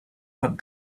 had